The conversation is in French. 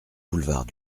boulevard